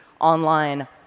online